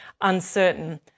uncertain